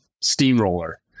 steamroller